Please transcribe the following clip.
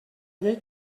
llei